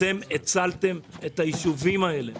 אתם הצלתם את היישובים האלה,